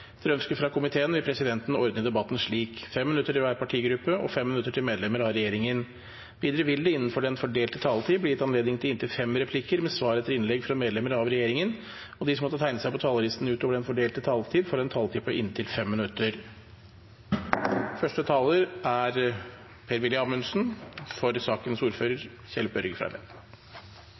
Etter ønske fra justiskomiteen vil presidenten ordne debatten slik: 5 minutter til hver partigruppe og 5 minutter til medlemmer av regjeringen. Videre vil det – innenfor den fordelte taletid – bli gitt anledning til inntil fem replikker med svar etter innlegg fra medlemmer av regjeringen, og de som måtte tegne seg på talerlisten utover den fordelte taletid, får en taletid på inntil 5 minutter. Første taler er Per-Willy Amundsen, for sakens ordfører,